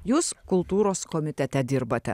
jūs kultūros komitete dirbate